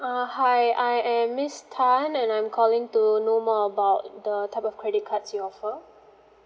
err hi I am miss tan and I'm calling to know more about the type of credit cards you offer